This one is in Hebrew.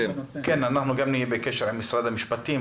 אנחנו גם נהיה בקשר עם משרד המשפטים,